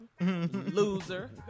Loser